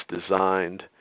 designed